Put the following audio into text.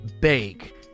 bake